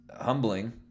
humbling